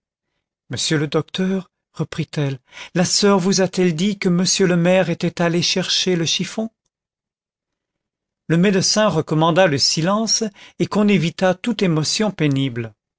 monsieur le docteur reprit-elle la soeur vous a-t-elle dit que monsieur le maire était allé chercher le chiffon le médecin recommanda le silence et qu'on évitât toute émotion pénible